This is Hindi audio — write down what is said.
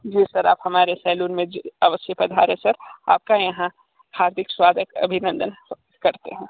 जी सर आप हमारे सलौन में अवश्य पधारें सर आपका यहां हार्दिक स्वागत अभिनंदन करते हैं